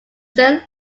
zane